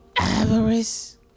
Avarice